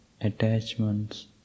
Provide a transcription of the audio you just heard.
attachments